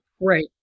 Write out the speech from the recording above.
Right